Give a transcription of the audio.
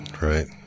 right